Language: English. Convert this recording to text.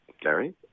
Gary